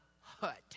hut